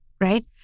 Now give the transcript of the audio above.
Right